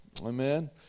Amen